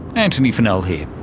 antony funnell here.